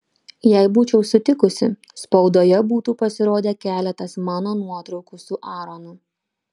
jei būčiau sutikusi spaudoje būtų pasirodę keletas mano nuotraukų su aaronu